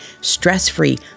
stress-free